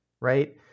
right